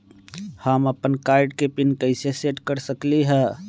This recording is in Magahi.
हम अपन कार्ड के पिन कैसे सेट कर सकली ह?